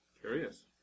Curious